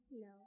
No